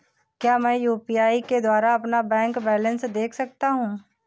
क्या मैं यू.पी.आई के द्वारा अपना बैंक बैलेंस देख सकता हूँ?